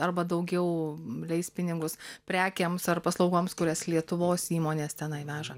arba daugiau leis pinigus prekėms ar paslaugoms kurias lietuvos įmonės tenai veža